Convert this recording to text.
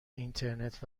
اینترنت